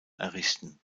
errichten